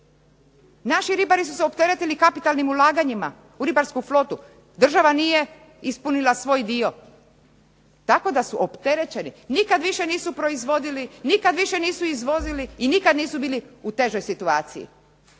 Naši ribari su se opteretili kapitalnim ulaganjima u ribarsku flotu. Država nije ispunila svoj dio tako da su opterećeni. Nikad više nisu proizvodili, nikad više nisu izvozili i nikad nisu bili u težoj situaciji.